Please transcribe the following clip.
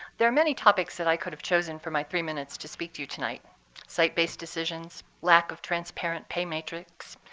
there are many topics that i could have chosen for my three minutes to speak to you tonight site-based decisions, lack of transparent pay matrix,